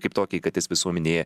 kaip tokį kad jis visuomenėje